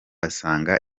asanga